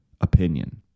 opinion